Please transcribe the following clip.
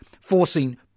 forcing